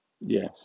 Yes